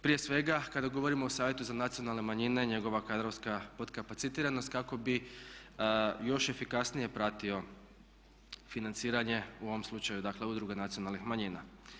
Prije svega kada govorimo o Savjetu za nacionalne manjine i njegova kadrovska podkapacitiranost kako bi još efikasnije pratio financiranje u ovom slučaju dakle udruga nacionalnih manjna.